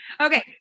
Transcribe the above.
Okay